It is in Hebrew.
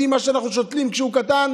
יודעים: מה שאנחנו שותלים כשהוא קטן,